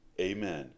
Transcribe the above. Amen